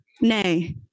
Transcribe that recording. Nay